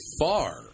far